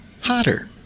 Hotter